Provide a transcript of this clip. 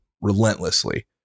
relentlessly